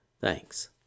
Thanks